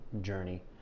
journey